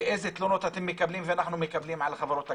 ואיזה תלונות אנחנו ואתם מקבלים על חברות הגבייה.